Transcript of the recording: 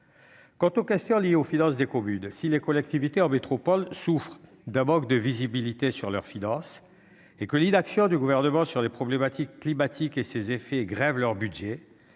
Quant aux questions liées aux finances des communes, si les collectivités en métropole souffrent d'un manque de visibilité sur leurs finances et que l'inaction du Gouvernement sur les problématiques climatiques et ses effets grève leurs budgets,